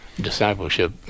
discipleship